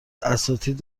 اساتید